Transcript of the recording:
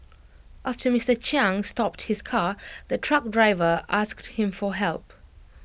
after Mister Chiang stopped his car the truck driver asked him for help